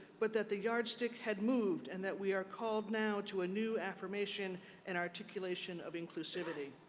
but that the yardstick had moved and that we are called now to a new affirmation and articulation of inclusivity.